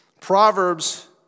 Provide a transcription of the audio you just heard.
Proverbs